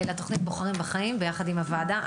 לתוכנית בוחרים בחיים ביחד עם הוועדה.